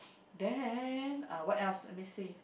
then uh what else let me see